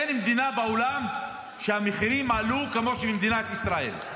אין מדינה בעולם שהמחירים עלו כמו במדינת ישראל.